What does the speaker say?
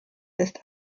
ist